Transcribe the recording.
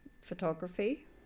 photography